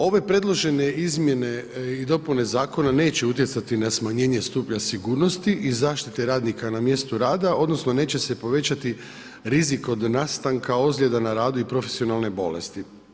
Ove predložene izmjene i dopune zakona, neće utjecati na smanjenje stupnja sigurnosti i zaštite radnika na mjestu rada, odnosno, neće se povećati rizik od nastanka ozljeda na radu i profesionalne bolesti.